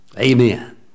Amen